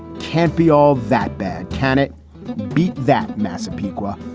can't be all that bad. cannot beat that. massapequa